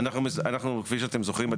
כפי שאתם זוכרים,